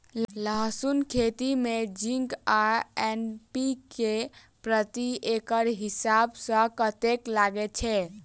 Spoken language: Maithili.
लहसून खेती मे जिंक आ एन.पी.के प्रति एकड़ हिसाब सँ कतेक लागै छै?